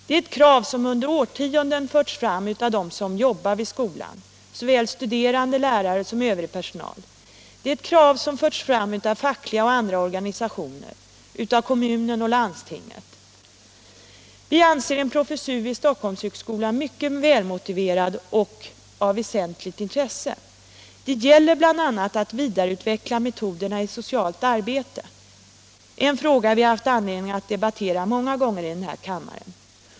Det är ett krav som under årtionden har ställts av dem som jobbar vid skolan — såväl studerande som lärare och övrig personal. Det är ett krav som förts fram av fackliga och andra organisationer, av kommunen och landstinget. Vi anser en professur vid Stockholmshögskolan mycket välmotiverad och av väsentligt intresse. Det gäller bl.a. att vidareutveckla metoderna i socialt arbete —- en fråga som vi har haft anledning att debattera många gånger i den här kammaren.